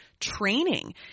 training